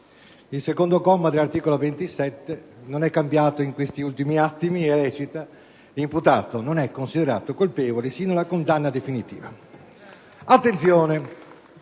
il secondo comma dell'articolo 27 non è cambiato in questi attimi e recita: «L'imputato non è considerato colpevole sino alla condanna definitiva».